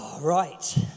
Right